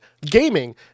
Gaming